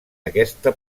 aquesta